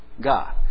God